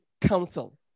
council